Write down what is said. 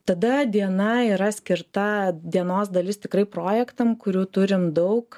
tada diena yra skirta dienos dalis tikrai projektam kurių turim daug